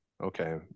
Okay